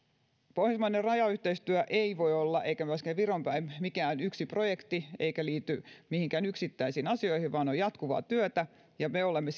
pohjoismainen rajayhteistyö ei voi olla eikä myöskään viroon päin mikään yksi projekti eikä liittyä mihinkään yksittäisiin asioihin vaan on jatkuvaa työtä ja me olemme